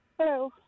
Hello